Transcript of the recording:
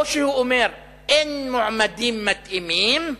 או שהוא אומר: אין מועמדים מתאימים.